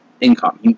income